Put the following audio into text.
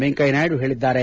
ವೆಂಕಯ್ಯ ನಾಯ್ಡು ಹೇಳಿದ್ದಾರೆ